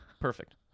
perfect